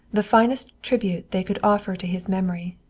the finest tribute they could offer to his memory,